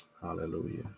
Hallelujah